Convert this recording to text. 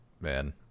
Man